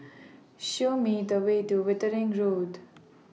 Show Me The Way to Wittering Road